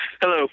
Hello